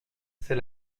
c’est